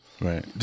Right